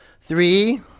Three